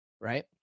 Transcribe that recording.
right